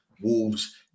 Wolves